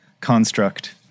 construct